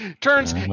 Turns